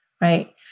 right